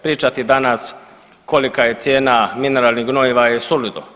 Pričati danas kolika je cijena mineralnih gnojiva je suludo.